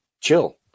Chill